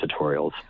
tutorials